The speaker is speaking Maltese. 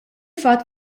fatt